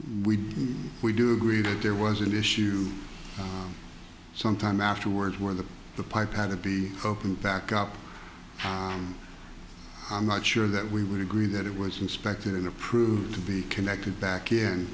we we do agree that there was an issue some time afterwards where the the pipe had to be opened back up and i'm not sure that we would agree that it was inspected and approved to be connected back